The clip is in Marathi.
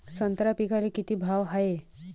संत्रा पिकाले किती भाव हाये?